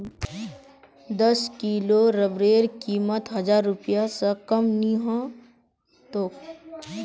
दस किलो रबरेर कीमत हजार रूपए स कम नी ह तोक